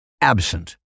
absent